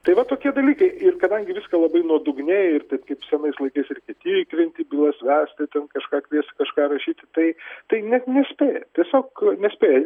tai va tokie dalykai ir kadangi viską labai nuodugniai ir taip kaip senais laikais reikia tikrinti bylas vesti ten kažką kviest kažką rašyti tai tai net nespėja tiesiog nespėja